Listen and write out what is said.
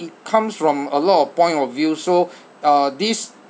it comes from a lot of point of view so uh this